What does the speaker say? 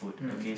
mm